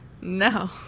No